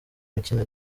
mikino